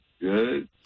good